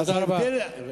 תודה רבה.